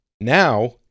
now